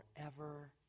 forever